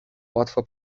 łatwo